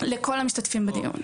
לכל המשתתפים בדיון.